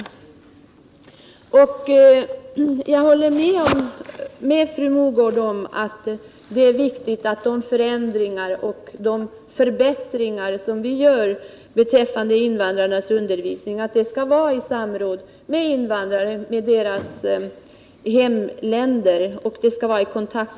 Jag håller med fru Mogård om att det är viktigt att de förändringar och förbättringar som vi gör beträffande invandrarnas undervisning sker i samråd med invandrarnas hemländer.